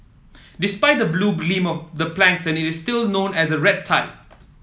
despite the blue gleam of the plankton it is still known as a red tide